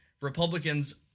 Republicans